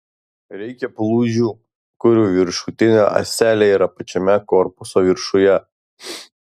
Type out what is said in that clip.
reikia plūdžių kurių viršutinė ąselė yra pačiame korpuso viršuje